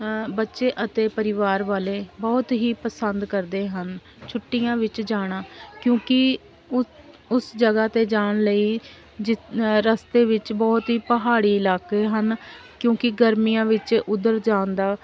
ਬੱਚੇ ਅਤੇ ਪਰਿਵਾਰ ਵਾਲੇ ਬਹੁਤ ਹੀ ਪਸੰਦ ਕਰਦੇ ਹਨ ਛੁੱਟੀਆਂ ਵਿੱਚ ਜਾਣਾ ਕਿਉਂਕਿ ਉ ਉਸ ਜਗ੍ਹਾ 'ਤੇ ਜਾਣ ਲਈ ਜਿ ਰਸਤੇ ਵਿੱਚ ਬਹੁਤ ਹੀ ਪਹਾੜੀ ਇਲਾਕੇ ਹਨ ਕਿਉਂਕਿ ਗਰਮੀਆਂ ਵਿੱਚ ਉਧਰ ਜਾਣ ਦਾ